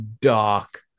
dark